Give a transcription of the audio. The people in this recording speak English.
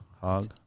hog